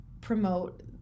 promote